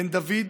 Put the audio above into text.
בן דוד,